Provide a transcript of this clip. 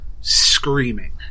screaming